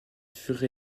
furent